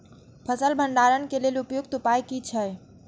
फसल भंडारण के लेल उपयुक्त उपाय कि छै?